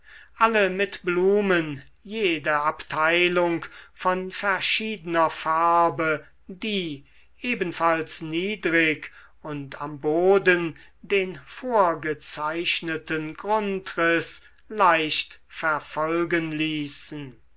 alle mit blumen jede abteilung von verschiedener farbe die ebenfalls niedrig und am boden den vorgezeichneten grundriß leicht verfolgen ließen